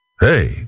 Hey